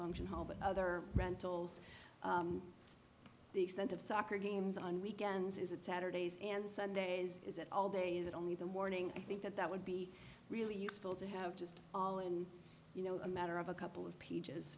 but other rentals the extent of soccer games on weekends is that saturdays and sundays is that all day that only the morning i think that that would be really useful to have just all in you know a matter of a couple of pages